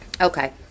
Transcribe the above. okay